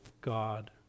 God